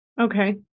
Okay